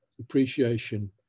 appreciation